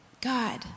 God